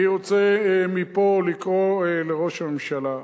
אני רוצה מפה לקרוא לראש הממשלה,